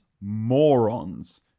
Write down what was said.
morons